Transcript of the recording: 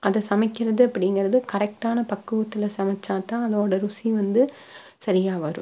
அதை சமைக்கிறது அப்படிங்கிறது கரெக்டான பக்குவத்தில் சமைச்சா தான் அதோடய ருசி வந்து சரியாக வரும்